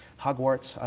hogwarts,